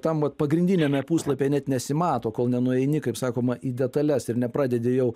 tam vat pagrindiniame puslapyje net nesimato kol nenueini kaip sakoma į detales ir nepradedi jau